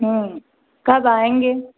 हाँ कब आएंगे